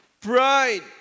Pride